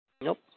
Nope